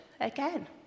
again